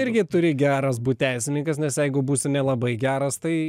irgi turi geras būt teisininkas nes jeigu būsi nelabai geras tai